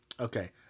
Okay